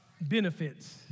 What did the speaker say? benefits